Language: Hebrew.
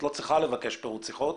אבל העניין שאת לא צריכה לבקש פירוט שיחות,